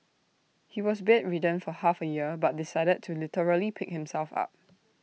he was bedridden for half A year but decided to literally pick himself up